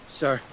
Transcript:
sir